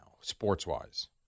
sports-wise